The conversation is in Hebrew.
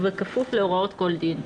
ובכפוף להוראות כל דין.